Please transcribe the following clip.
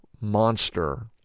monster